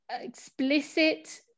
explicit